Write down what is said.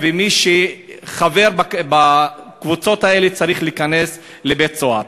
ומי שחבר בקבוצות האלה צריך להיכנס לבית-סוהר.